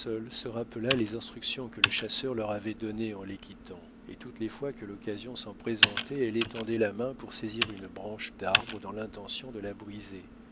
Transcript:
se rappela les instructions que le chasseur leur avait données en les quittant et toutes les fois que l'occasion s'en présentait elle étendait la main pour saisir une branche d'arbre dans l'intention de la briser